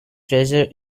treasure